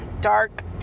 Dark